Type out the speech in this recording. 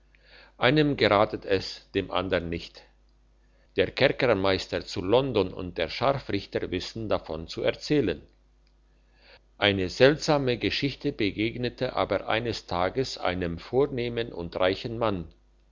einem geratet es dem andern nicht der kerkermeister zu london und der scharfrichter wissen davon zu erzählen eine seltsame geschichte begegnete aber eines tages einem vornehmen und reichen mann